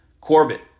Corbett